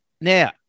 Now